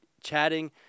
chatting